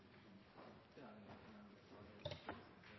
den